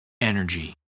energy